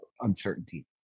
uncertainty